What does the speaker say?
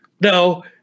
No